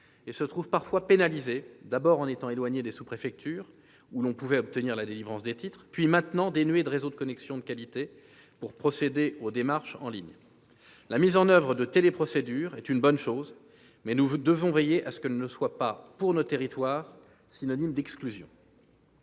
et se trouvent parfois pénalisés, d'abord en étant éloignés des sous-préfectures où l'on pouvait obtenir la délivrance des titres, puis maintenant en étant dénués de réseau de connexion de qualité pour procéder aux démarches en ligne. La mise en oeuvre de téléprocédures est une bonne chose, mais nous devons veiller à ce qu'elle ne soit pas, pour nos territoires, synonyme d'exclusion.